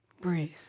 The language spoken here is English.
Breathe